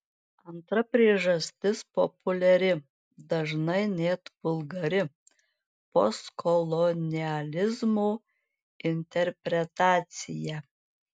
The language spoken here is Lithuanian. antra priežastis populiari dažnai net vulgari postkolonializmo interpretacija